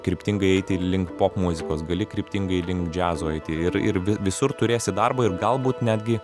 kryptingai eiti link popmuzikos gali kryptingai link džiazo eiti ir ir vi visur turėsi darbo ir galbūt netgi